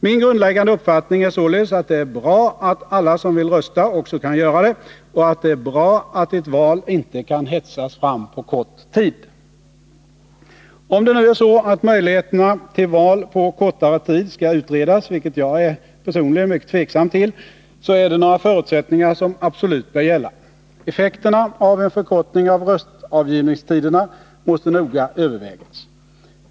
Min grundläggande uppfattning är således att det är bra att alla som vill rösta också kan göra det och att det är bra att ett val inte kan hetsas fram på kort tid. Om det nu är så att möjligheterna till val på kortare tid skall utredas — vilket jag personligen är mycket tveksam till — så finns det några förutsättningar som absolut bör gälla. Effekterna av en förkortning av röstavgivningstiderna måste noga övervägas.